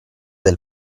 del